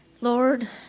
Lord